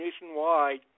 nationwide